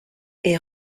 est